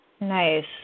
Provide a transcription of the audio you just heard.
Nice